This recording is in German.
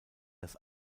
das